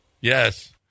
Yes